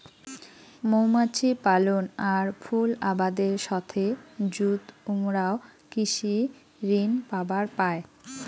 মৌমাছি পালন আর ফুল আবাদের সথে যুত উমরাও কৃষি ঋণ পাবার পায়